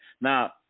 Now